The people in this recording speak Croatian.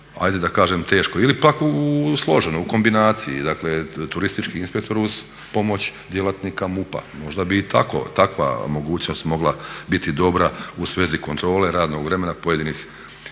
ajde da kažem teško ili pak složeno u kombinaciji. Dakle turistički inspektor uz pomoć djelatnika MUP-a, možda bi i takva mogućnost mogla biti dobra u svezi kontrole radnog vremena pojedinih